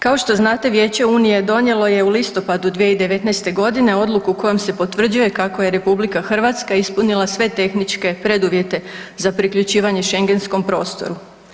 Kao što znate Vijeće unije donijelo je listopadu 2019. godine odluku kojom se potvrđuje kako je RH ispunila sve tehničke preduvjete za priključivanje Schengenskom prostoru.